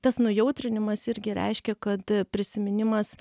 tas nujautrinimas irgi reiškia kad prisiminimas